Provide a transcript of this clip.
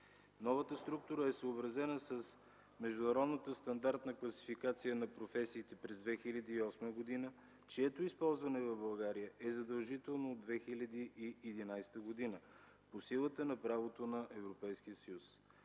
Новата структура е съобразена с Международната стандартна класификация на професиите през 2008 г., чието използване в България е задължително от 2011 г. по силата на правото на Европейския съюз.